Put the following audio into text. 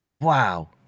Wow